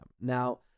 Now